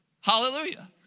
Hallelujah